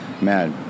mad